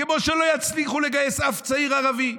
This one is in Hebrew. כמו שלא יצליחו לגייס אף צעיר ערבי.